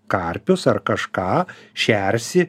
karpius ar kažką šersi